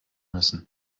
müssen